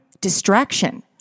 distraction